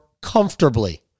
comfortably